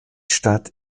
stadt